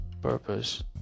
purpose